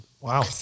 Wow